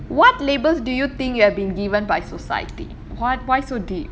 what labels do you think you have been given by society [what] why so deep